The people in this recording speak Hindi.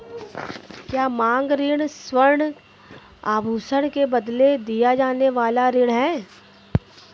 क्या मांग ऋण स्वर्ण आभूषण के बदले दिया जाने वाला ऋण है?